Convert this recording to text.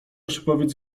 szybowiec